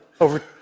over